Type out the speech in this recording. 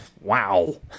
wow